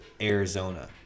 Arizona